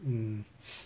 mm